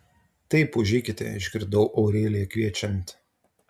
taip užeikite išgirdau aureliją kviečiant